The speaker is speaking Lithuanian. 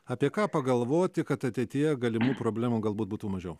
apie ką pagalvoti kad ateityje galimų problemų galbūt būtų mažiau